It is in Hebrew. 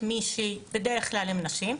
בדרך כלל הן נשים.